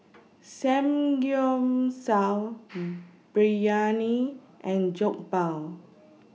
Samgyeopsal Biryani and Jokbal